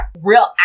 real